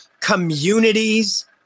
communities